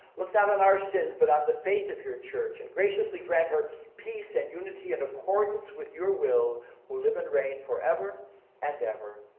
look not on our sins, but on the faith of your church and graciously grant her peace and unity in accordance with your will who live and reign forever and ever,